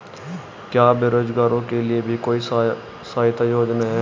क्या बेरोजगारों के लिए भी कोई सहायता योजना है?